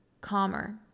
calmer